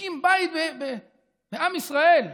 להקים בית בעם ישראל,